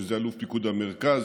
אלוף פיקוד המרכז,